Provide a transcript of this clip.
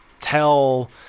tell